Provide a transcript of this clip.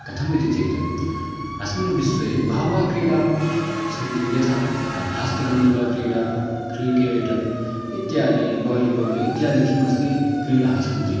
कथम् इति चेत् अस्मिन् विश्वे बह्व्यः क्रीडाः सन्ति यथा कन्धास्ति कन्दुकक्रीडा क्रीकेट् इत्यादि बोलिबोल् इत्यादयः किम् अस्ति क्रीडाः सन्ति